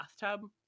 bathtub